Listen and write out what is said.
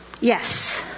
Yes